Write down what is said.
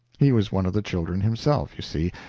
he was one of the children himself, you see,